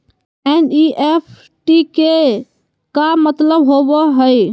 NEFT के का मतलव होव हई?